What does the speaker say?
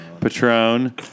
patron